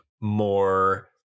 more